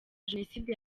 jenoside